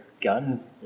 guns